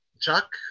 Chuck